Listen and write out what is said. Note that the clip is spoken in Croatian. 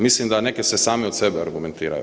Mislim da neke se same od sebe argumentiraju.